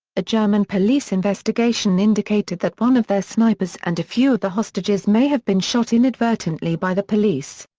a german police investigation indicated that one of their snipers and a few of the hostages may have been shot inadvertently by the police.